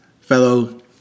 fellow